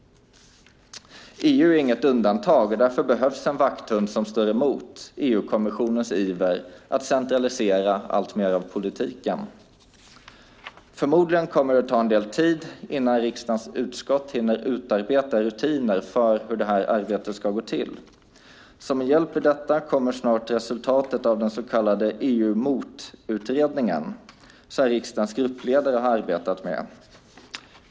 EU är inget undantag, och därför behövs det en vakthund som står emot EU-kommissionens iver att centralisera alltmer av politiken. Förmodligen kommer det att ta en del tid innan riksdagens utskott hinner utarbeta rutiner för hur det här arbetet ska gå till. Som en hjälp i detta kommer snart resultatet av den så kallade EUMOT-utredningen som riksdagens gruppledare har arbetat med.